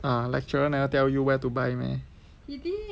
err lecturer never tell you where to buy meh